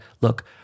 Look